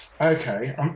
Okay